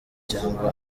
cyangwa